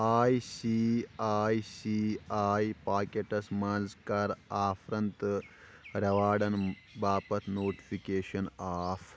I C I C I packets منٛز کَر آفرَن تہٕ ریواڑَن باپتھ نوٹفکیشن آف